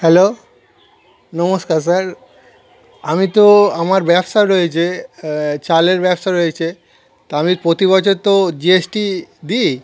hello নমস্কার sir আমি তো আমার ব্যবসা রয়েছে চালের ব্যবসা রয়েছে তা আমি প্রতি বছর তো জি এস টি দিই